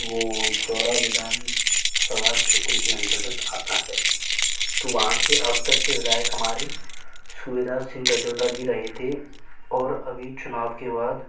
वो चौरा विधानसभा क्षेत्र के अंतर्गत आता है तो वहाँ से अब तक के विधायक हमारे सुविधा सिंह रजौदा जी रहे थे और अभी चुनाव के बाद